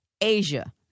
Asia